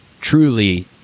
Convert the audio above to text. truly